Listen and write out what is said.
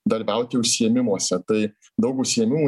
dalyvauti užsiėmimuose tai daug užsiėmimų